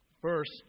First